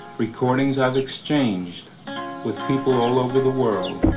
recordings i've exchanged with people all over the world.